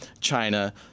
China